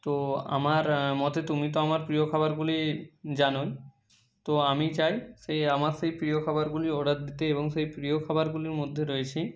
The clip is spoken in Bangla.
তো আমার মতে তুমি তো আমার প্রিয় খাবারগুলি জানোই তো আমি চাই সেই আমার সেই প্রিয় খাবারগুলি অর্ডার দিতে এবং সেই প্রিয় খাবারগুলির মধ্যে রয়েছে